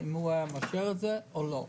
אם הוא היה מאשר את זה או לא.